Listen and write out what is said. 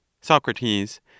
Socrates